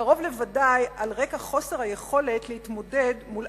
קרוב לוודאי על רקע חוסר היכולת להתמודד מול